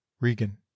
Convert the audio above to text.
Regan